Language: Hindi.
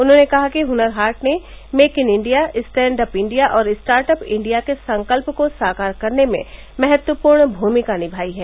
उन्होंने कहा कि हुनर हाट ने make in India stand up India और स्टार्ट अप इण्डिया के संकल्प को साकार करने में महत्वपूर्ण भूमिका निमायी है